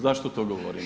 Zašto to govorim?